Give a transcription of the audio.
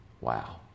Wow